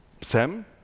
Sam